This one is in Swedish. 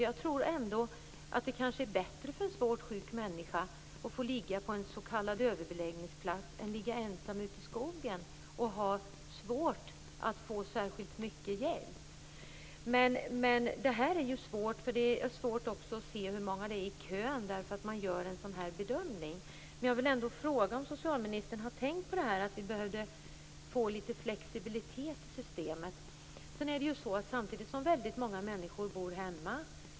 Jag tror nämligen att det kan vara bättre för en svårt sjuk människa att få ligga på en s.k. överbeläggningsplats än att ligga ensam hemma med svårigheter att få särskilt mycket hjälp. Det är svårt att veta hur många som finns i kön, eftersom man gör den här typen av bedömning. Har socialministern tänkt på behovet av flexibilitet i systemet? Väldigt många människor bor hemma.